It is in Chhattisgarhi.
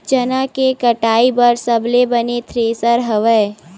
चना के कटाई बर सबले बने थ्रेसर हवय?